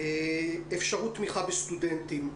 אפשרות תמיכה בסטודנטים.